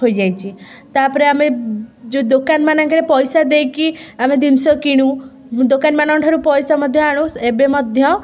ହୋଇଯାଇଛି ତା'ପରେ ଆମେ ଯେଉଁ ଦୋକାନମାନଙ୍କରେ ପଇସା ଦେଇକି ଆମେ ଜିନିଷ କିଣୁ ଦୋକାନୀମାନଙ୍କ ଠାରୁ ମଧ୍ୟ ପଇସା ଆଣୁ ଏବେ ମଧ୍ୟ